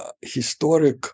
historic